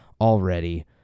already